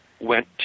went